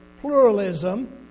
pluralism